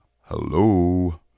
Hello